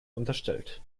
unterstellt